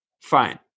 fine